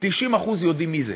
90% יודעים מי זה,